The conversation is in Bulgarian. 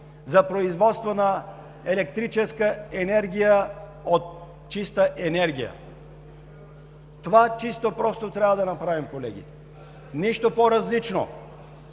за производство на електрическа енергия от чиста енергия. Това чисто и просто трябва да направим, колеги, нищо по-различно.